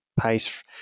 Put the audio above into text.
pace –